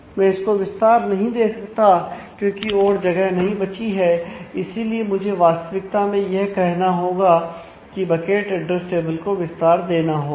मैं इसको विस्तार नहीं दे सकता क्योंकि और जगह नहीं बची है इसीलिए मुझे वास्तविकता में यह करना होगा कि बकेट एड्रेस टेबल को विस्तार देना होगा